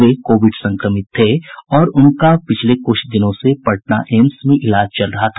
वे COVID संक्रमित थे और उनका पिछले कुछ दिनों से पटना एम्स में इलाज चल रहा था